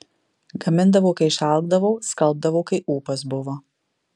gamindavau kai išalkdavau skalbdavau kai ūpas buvo